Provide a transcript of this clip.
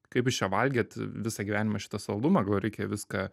kaip jūs čia valgėt visą gyvenimą šitą saldumą gal reikia viską